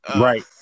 Right